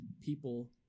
people